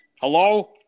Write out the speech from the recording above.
Hello